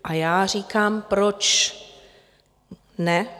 A já říkám, proč ne?